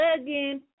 again